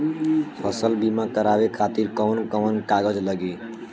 फसल बीमा करावे खातिर कवन कवन कागज लगी?